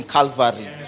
Calvary